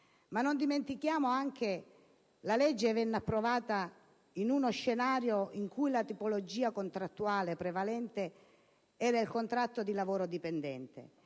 Ma non dimentichiamo anche che la legge venne approvata in uno scenario in cui la tipologia contrattuale prevalente era il contratto di lavoro dipendente